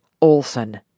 Olson